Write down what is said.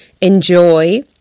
Enjoy